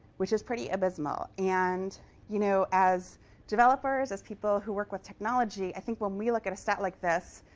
which is pretty abysmal. and you know as developers, as people who work with technology, i think when we look at a stat like this,